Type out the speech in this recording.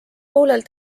poolel